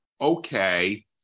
okay